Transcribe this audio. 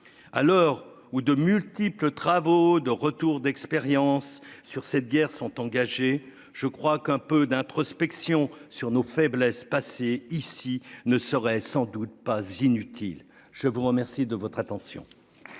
À l'heure où de multiples travaux de retour d'expérience sur cette guerre sont engagés. Je crois qu'un peu d'introspection sur nos faiblesses passé ici ne serait sans doute pas inutile. Je vous remercie de votre attention.